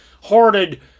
hoarded